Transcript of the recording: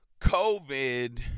COVID